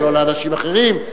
ולא לאנשים אחרים,